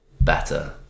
better